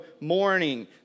morning